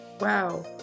wow